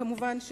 כמובן,